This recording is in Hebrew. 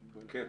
מהממ"מ.